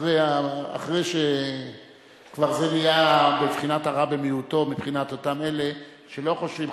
אחרי שזה נהיה בבחינת הרע במיעוטו מבחינת אותם אלה שלא חושבים,